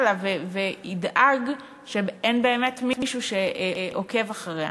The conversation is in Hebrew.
לה וידאג שאין באמת מישהו שעוקב אחריה.